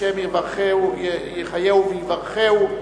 השם יחייהו ויברכהו,